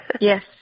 Yes